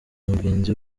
mugenzi